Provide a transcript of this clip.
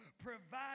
provide